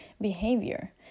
behavior